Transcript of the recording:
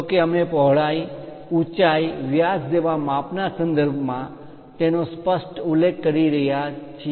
જો કે અમે પહોળાઈ ઊચાઇ વ્યાસ જેવા માપના સંદર્ભમાં તેનો સ્પષ્ટ ઉલ્લેખ કરી રહ્યાં છીએ